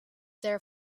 their